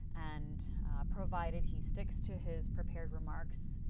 and provided he sticks to his prepared remarks,